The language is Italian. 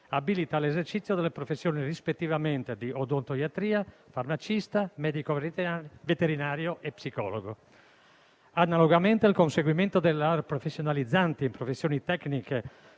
abilita all'esercizio delle professioni rispettivamente di odontoiatria, farmacista, medico veterinario e psicologo. Analogamente il conseguimento delle lauree professionalizzanti in professioni tecniche